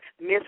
Miss